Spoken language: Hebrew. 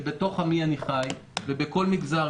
שבתוך עמי אני חי ובכל מגזר,